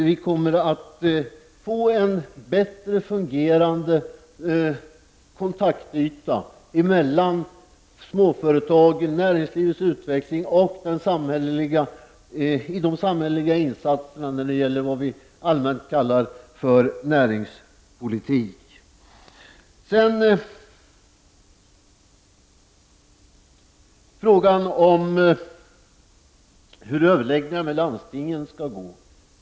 Vi kommer att få en bättre fungerande kontaktyta emellan småföretagen, näringslivets utveckling och de samhälleliga insatserna i vad vi allmänt kallar näringspolitik. Så var det frågan om hur överläggningarna med landstingen skall gå.